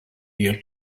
air